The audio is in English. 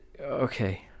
okay